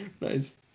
Nice